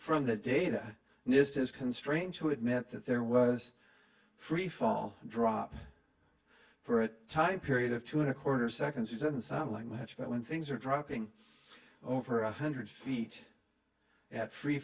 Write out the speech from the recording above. from the data nist is constrained to admit that there was a freefall drop for a time period of two and a quarter seconds which doesn't sound like much but when things are dropping over one hundred feet at